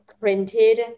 printed